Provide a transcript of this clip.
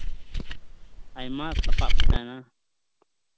ᱟᱭᱢᱟ ᱥᱟᱯᱟᱵ ᱜᱮ ᱛᱟᱦᱮᱱᱟ